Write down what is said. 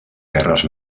guerres